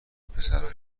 پسرها